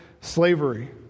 slavery